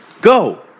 Go